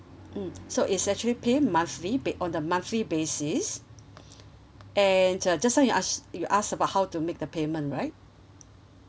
mm so it's actually pay monthly b~ on a monthly basis and uh just now you ask you ask about how to make the payment right